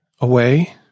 away